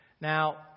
Now